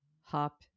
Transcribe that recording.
hop